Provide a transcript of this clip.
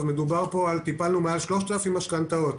טיפלנו במעל 3,000 משכנתאות.